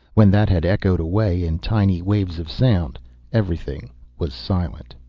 when that had echoed away in tiny waves of sound everything was silent.